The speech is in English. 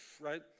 right